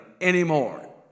anymore